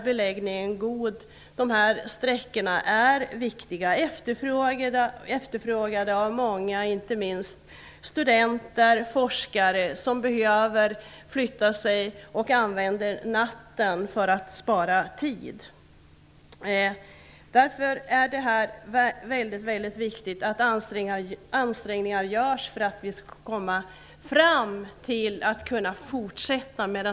De här sträckorna är viktiga, efterfrågade av många, inte minst studenter och forskare, som behöver förflytta sig och som då använder natten för att spara tid. Därför är det väldigt viktigt att ansträngningar görs för att den här viktiga trafiken skall kunna fortsätta.